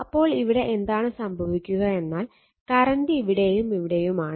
അപ്പോൾ ഇവിടെ എന്താണ് സംഭവിക്കുക എന്നാൽ കറണ്ട് ഇവിടെയും ഇവിടെയും ആണ്